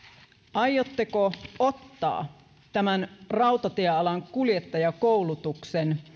aiotteko ottaa tämän rautatiealan kuljettajakoulutuksen